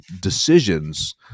decisions